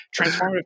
Transformative